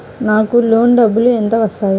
నాకు లోన్ డబ్బులు ఎంత వస్తాయి?